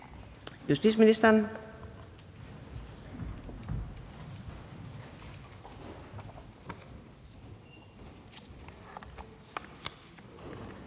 justitsministeren